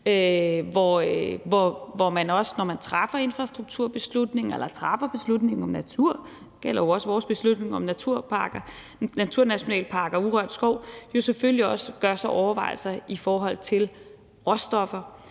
når man træffer infrastrukturbeslutninger eller træffer beslutninger om naturen – det gælder jo også vores beslutning om naturnationalparker og urørt skov – selvfølgelig gør sig overvejelser i forhold til råstoffer,